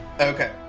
Okay